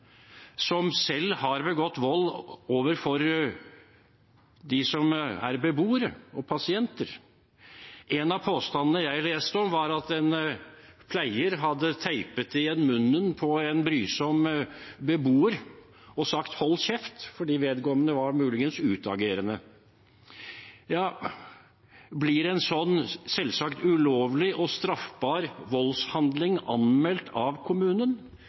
som selv har begått vold overfor dem som er beboere og pasienter? En av påstandene jeg leste om, var at en pleier hadde tapet igjen munnen på en brysom beboer og sagt «hold kjeft», fordi vedkommende muligens var utagerende. Blir en sånn selvsagt ulovlig og straffbar voldshandling anmeldt av kommunen,